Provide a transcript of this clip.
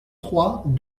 trois